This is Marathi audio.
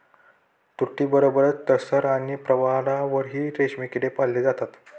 तुतीबरोबरच टसर आणि प्रवाळावरही रेशमी किडे पाळले जातात